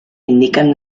indican